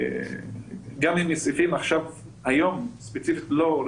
גם אם הסעיפים לא רלוונטיים היום ספציפית,